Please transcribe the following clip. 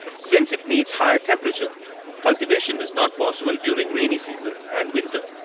since it needs higher temperature cultivation is not possible during rainy season and winter.